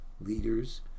leaders